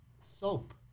Soap